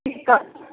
chicken